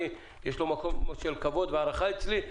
יש לו מקום של כבוד והערכה אצלי,